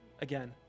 again